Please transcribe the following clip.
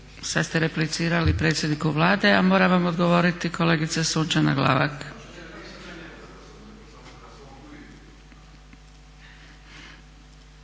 Sad ste replicirali predsjedniku Vlade, a mora vam odgovoriti kolegica Sunčana Glavak.